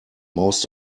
most